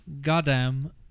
goddamn